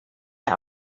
der